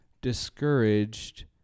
discouraged